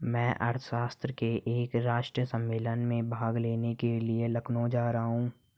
मैं अर्थशास्त्र के एक राष्ट्रीय सम्मेलन में भाग लेने के लिए लखनऊ जा रहा हूँ